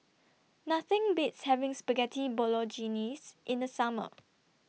Nothing Beats having Spaghetti Bolognese in The Summer